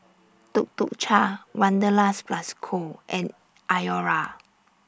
Tuk Tuk Cha Wanderlust Plus Co and Iora